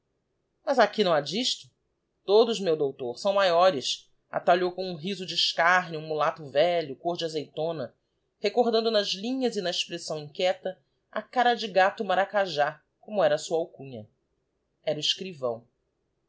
mas aqui não ha disto todos meu doutor são maiores atalhou com um riso de escarneo um mulato velho còr de azeitona recordando nas linhas e na expressão inquieta a cara de gato maracajá como era a sua alcunha era o escrivão